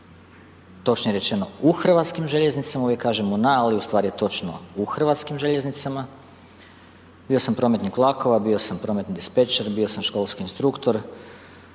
točnije rečeno u Hrvatskim željeznicama, uvijek kažemo na ali ustvari je točno u Hrvatskim željeznicama. Bio sam prometnik vlakova, bio sam prometni dispečer, bio sam školski instruktor.